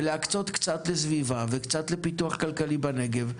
ולהקצות קצת לסביבה וקצת לפיתוח כלכלי בנגב,